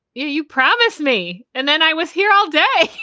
you you promise me. and then i was here all day.